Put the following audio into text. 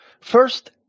first